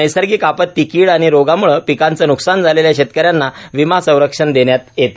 नैसर्गिक आपत्ती कीड आणि रोगामुळे पिकांचं नुकसान झालेल्या शेतकऱ्यांना विमा संरक्षण देण्यात येते